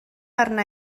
arna